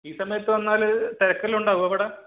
ഈ സമയത്ത് വന്നാൽ തിരക്കെല്ലാം ഉണ്ടാവുമോ അവിടെ